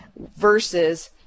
versus